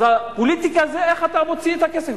אז הפוליטיקה זה איך אתה מוציא את הכסף,